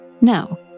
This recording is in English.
No